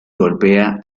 golpea